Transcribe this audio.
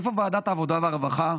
איפה ועדת העבודה והרווחה?